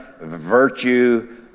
virtue